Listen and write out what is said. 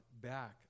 back